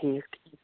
ٹھیٖک ٹھیٖک